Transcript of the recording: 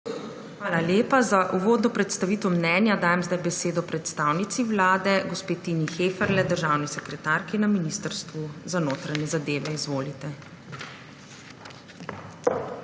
Hvala lepa. Za uvodno predstavitev mnenja dajem besedo predstavnici Vlade gospe Tini Heferle, državni sekretarki Ministrstva za notranje zadeve. **TINA HEFERLE